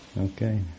okay